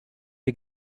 die